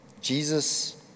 Jesus